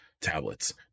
tablets